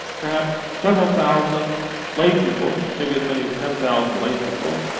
perhaps several thousand lay people, maybe as many as ten thousand lay people,